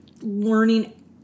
learning